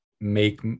make